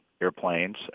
airplanes